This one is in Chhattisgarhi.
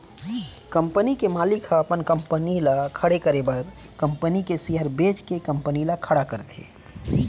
कंपनी के मालिक ह अपन कंपनी ल खड़े करे बर कंपनी के सेयर बेंच के कंपनी ल खड़ा करथे